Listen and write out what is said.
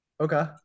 Okay